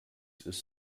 ist